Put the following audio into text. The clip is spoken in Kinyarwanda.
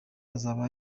azaba